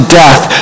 death